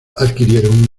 adquirieron